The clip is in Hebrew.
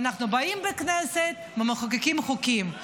ואנחנו באים לכנסת ומחוקקים חוקים.